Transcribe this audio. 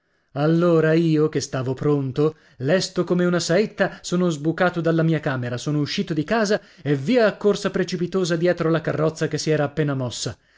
allora io che stavo pronto lesto come una saetta sono sbucato dalla mia camera sono uscito di casa e via a corsa precipitosa dietro la carrozza che si era appena mossa